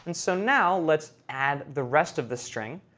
and so now let's add the rest of the string.